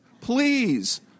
Please